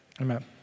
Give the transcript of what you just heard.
Amen